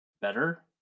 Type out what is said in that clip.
better